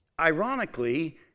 Ironically